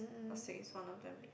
plastic is one of them